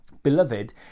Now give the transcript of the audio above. Beloved